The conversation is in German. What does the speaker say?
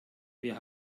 wir